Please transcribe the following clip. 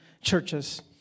churches